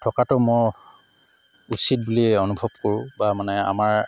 থকাটো মই উচিত বুলিয়ে অনুভৱ কৰোঁ বা মানে আমাৰ